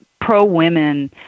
pro-women